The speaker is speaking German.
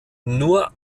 nur